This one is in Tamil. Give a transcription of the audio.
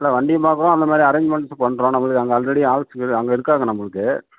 இல்லை வண்டியும் பார்க்குறோம் அந்தமாதிரி அரேஞ்மெண்ட்ஸும் பண்ணுறோம் நம்பளுக்கு அங்கே ஆல்ரெடி ஆள்ஸுங்க அங்கே இருக்காங்க நம்பளுக்கு